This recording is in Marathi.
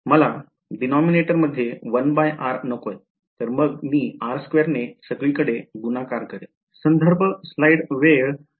मला denominator मध्ये 1r नकोय तर मग मी r2 ने सगळीकडे गुणाकार करेल